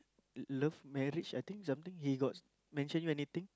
love marriage I think something he got mention you anything